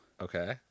Okay